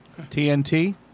TNT